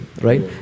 right